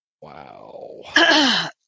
Wow